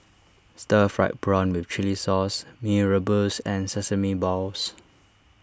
Stir Fried Prawn with Chili Sauce Mee Rebus and Sesame Balls